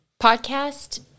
podcast